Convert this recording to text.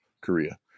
Korea